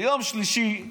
ביום שלישי,